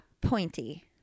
pointy